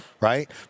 right